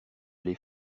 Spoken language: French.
les